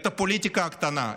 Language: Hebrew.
את הפוליטיקה הקטנה,